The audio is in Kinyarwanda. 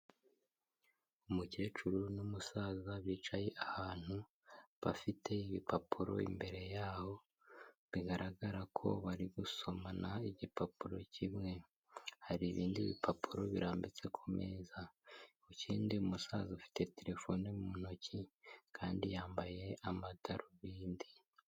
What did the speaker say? Umukecuru n'umusaza bicaye ahantu bafite ibipapuro imbere yabo, bigaragara ko bari gusomana igipapuro kimwe, hari ibindi bipapuro birambitse ku meza ikindi umusaza ufite telefone mu ntoki kandi yambaye amadarubindi.